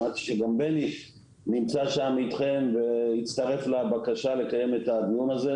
שמעתי שגם בני נמצא שם איתכם והצטרף לבקשה לקיים את הדיון הזה.